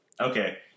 Okay